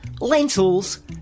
lentils